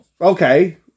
okay